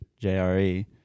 JRE